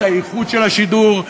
את האיכות של השידור,